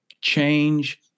change